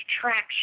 traction